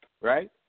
right